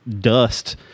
dust